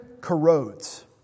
corrodes